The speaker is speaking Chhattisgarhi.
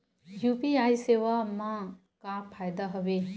यू.पी.आई सेवा मा का फ़ायदा हवे?